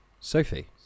Sophie